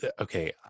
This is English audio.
Okay